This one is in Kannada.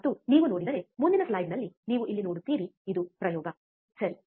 ಮತ್ತು ನೀವು ನೋಡಿದರೆ ಮುಂದಿನ ಸ್ಲೈಡ್ನಲ್ಲಿ ನೀವು ಇಲ್ಲಿ ನೋಡುತ್ತೀರಿ ಇದು ಪ್ರಯೋಗ ಸರಿ